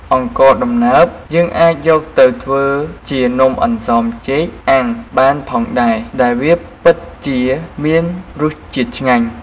អង្ករដំណើប យើងអាចយកទៅធ្វើជានំអន្សមចេកអាំងបានផងដែរ ដែលវាពិតជាមានរសជាតិឆ្ងាញ់។